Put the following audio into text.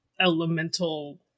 elemental